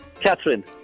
Catherine